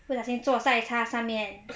不小心坐在它上面